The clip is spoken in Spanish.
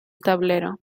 tablero